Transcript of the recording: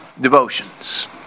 devotions